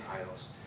idols